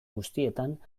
guztietan